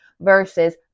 versus